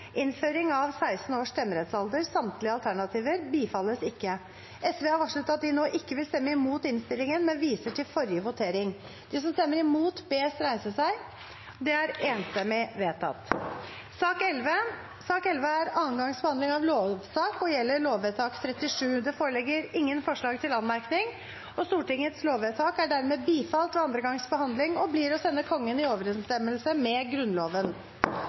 men viser til forrige votering. Sak nr. 11 er andre gangs behandling av lovsak og gjelder lovvedtak 37. Det foreligger ingen forslag til anmerkning. Stortingets lovvedtak er dermed bifalt ved andre gangs behandling og blir å sende Kongen i overensstemmelse med Grunnloven.